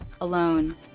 alone